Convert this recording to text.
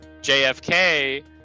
JFK